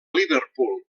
liverpool